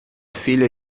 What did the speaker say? filha